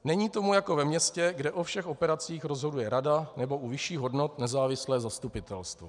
Není tomu jako ve městě, kde o všech operacích rozhoduje rada nebo u vyšších hodnot nezávislé zastupitelstvo.